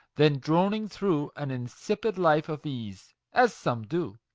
than droning through an insipid life of ease, as some do.